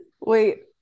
Wait